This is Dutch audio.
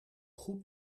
goed